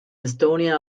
estonia